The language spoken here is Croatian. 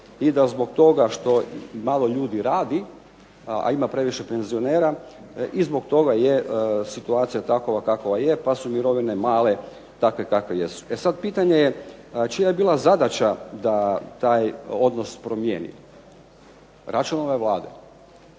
i da zbog toga što i malo ljudi radi, a ima previše penzionera i zbog toga je situacija takova kakova je pa su mirovine male, takve kakve jesu. E sad pitanje je čija je bila zadaća da taj odnos promijeni? Račanove vlade.